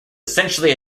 essentially